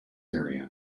area